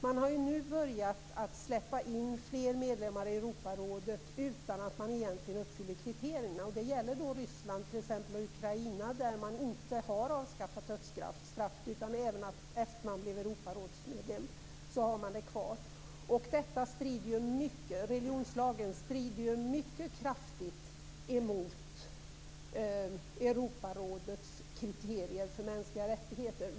Man har börjat släppa in fler medlemmar i Europarådet utan att dessa egentligen uppfyller kriterierna. Detta gäller t.ex. Ryssland och Ukraina, där man inte avskaffat dödsstraffet utan även efter det att man blivit medlem i Europarådet har det kvar. Religionslagen strider mycket kraftigt mot Europarådets kriterier för mänskliga rättigheter.